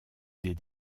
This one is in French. des